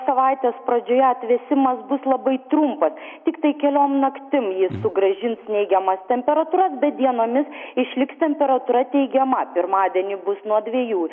savaitės pradžioje atvėsimas bus labai trumpas tiktai keliom naktim jis sugrąžins neigiamas temperatūras bet dienomis išliks temperatūra teigiama pirmadienį bus nuo dviejų